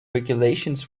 regulations